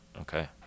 Okay